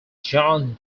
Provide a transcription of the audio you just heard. john